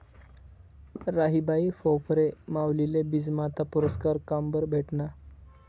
राहीबाई फोफरे माउलीले बीजमाता पुरस्कार काबरं भेटना?